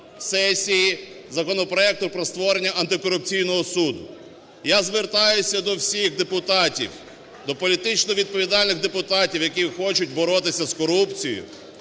сесії законопроекту про створення Антикорупційного суду. Я звертаюся до всіх депутатів, до політично відповідальних депутатів, які хочуть боротися з корупцією,